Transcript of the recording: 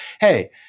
Hey